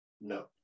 No